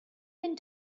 been